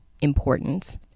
important